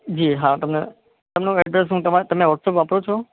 જી હા તમને તમને હું એડ્રેસ હું તમારા તમે વોટ્સઅપ વાપરો છો